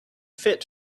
fit